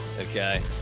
okay